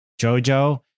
Jojo